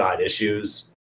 issues